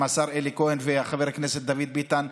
עם השר אלי כהן ועם חבר הכנסת דוד ביטן,